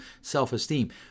self-esteem